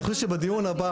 אני מחזיקה את עצמי.